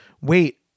wait